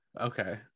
Okay